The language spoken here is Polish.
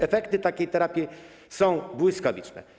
Efekty takiej terapii są błyskawiczne.